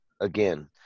again